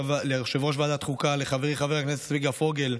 יושב-ראש ועדת חוקה, לחברי חבר הכנסת צביקה פוגל,